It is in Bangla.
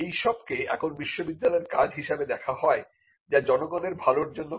এইসব কে এখন বিশ্ববিদ্যালয়ের কাজ হিসাবে দেখা হয় যা জনগণের ভালোর জন্য করা